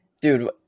Dude